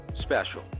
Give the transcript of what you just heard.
Special